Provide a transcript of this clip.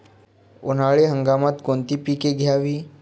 उन्हाळी हंगामात कोणती पिके घ्यावीत?